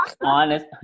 Honest